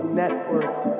networks